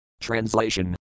Translation